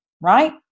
right